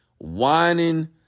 whining